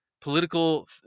political